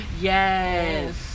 Yes